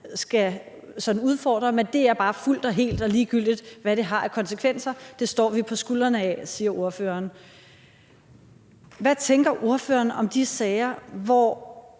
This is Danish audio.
skal udfordre, men at det fuldt og helt er ligegyldigt, hvad det har af konsekvenser, for det står vi på skulderen af, siger ordføreren. Jeg vil egentlig bare